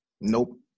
Nope